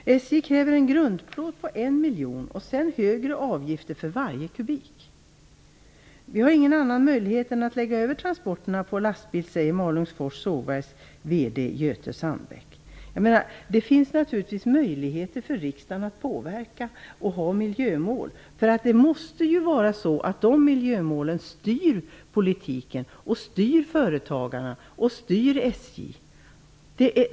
SJ kräver en grundplåt om 1 miljon och sedan högre avgifter för varje kubikmeter. Vi har ingen annan möjlighet än att lägga över transporterna på lastbil, säger Malungsfors Sågverks VD Göte Sandbäck. Det finns naturligtvis möjligheter för riksdagen att påverka genom att sätta upp miljömål som i sin tur styr politiken och företagen, inklusive SJ.